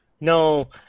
No